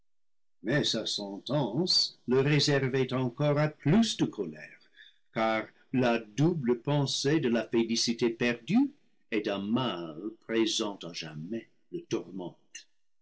mais sa sentence le réservait encore à plus de colère car la double pensée de la félicité perdue et d'un mal présent à jamais le